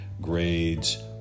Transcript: grades